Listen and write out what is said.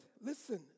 listen